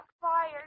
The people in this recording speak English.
fired